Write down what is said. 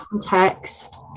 context